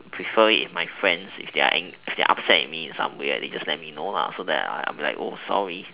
prefer it if my friends if they're an if they're upset with me in some way they just let me know so that I'm I'm like oh sorry